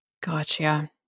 Gotcha